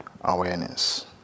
awareness